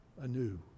anew